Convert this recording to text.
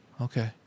Okay